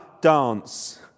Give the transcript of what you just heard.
dance